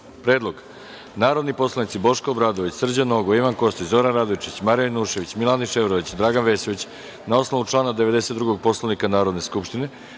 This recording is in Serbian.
predlog. Narodni poslanici Boško Obradović, Srđan Nogo, Ivan Kostić, Zoran Radojičić, Marija Janjušević, Miladin Ševarlić, Dragan Vesović, na osnovu člana92. Poslovnika Narodne skupštine